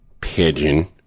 Pigeon